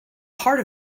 heart